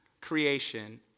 creation